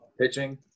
pitching